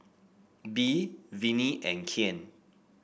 Bee Vinnie and Kyan